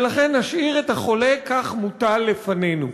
ולכן נשאיר את החולה כך מוטל לפנינו.